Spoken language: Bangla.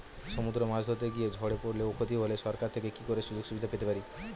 সমুদ্রে মাছ ধরতে গিয়ে ঝড়ে পরলে ও ক্ষতি হলে সরকার থেকে কি সুযোগ সুবিধা পেতে পারি?